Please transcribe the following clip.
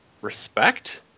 respect